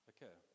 Okay